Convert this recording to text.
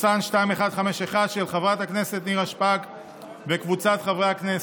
של חברת הכנסת נירה שפק וקבוצת חברי הכנסת,